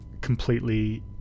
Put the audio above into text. completely